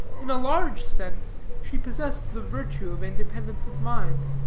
in a large sense she possessed the virtue of independence of mind.